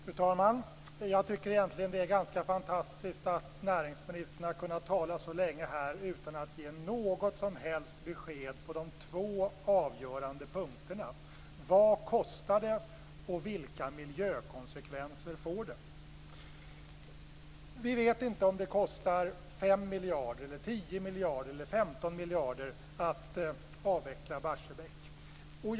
Fru talman! Jag tycker egentligen att det är ganska fantastiskt att näringsministern har kunnat tala så länge här utan att ge något som helst besked på de två avgörande punkterna, nämligen vad det kostar och vilka miljökonsekvenser det får. Vi vet inte om det kostar 5, 10 eller 15 miljarder att avveckla Barsebäck.